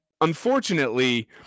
unfortunately